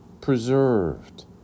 preserved